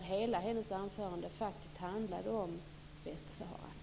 Hela hennes anförande handlade om Västsahara.